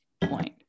point